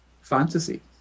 fantasy